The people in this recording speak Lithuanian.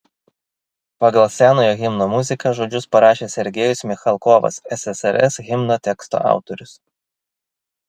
pagal senojo himno muziką žodžius parašė sergejus michalkovas ssrs himno teksto autorius